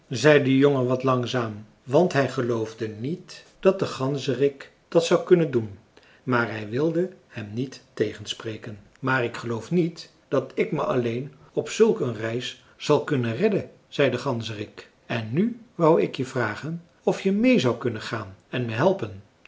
zei de jongen wat langzaam want hij geloofde niet dat de ganzerik dat zou kunnen doen maar hij wilde hem niet tegenspreken maar ik geloof niet dat ik me alleen op zulk een reis zal kunnen redden zei de ganzerik en nu wou ik je vragen of je meê zou kunnen gaan en me helpen